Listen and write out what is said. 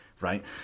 right